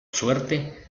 suerte